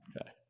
Okay